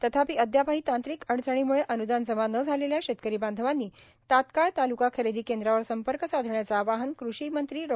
तथापि अद्यापही तांत्रिक अडचणीम्ळे अनुदान जमा न झालेल्या शेतकरी बांधवांनी तात्काळ ताल्का खरेदी केंद्रांवर संपर्क साधण्याचे आवाहन कृषी मंत्री डॉ